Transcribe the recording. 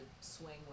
swing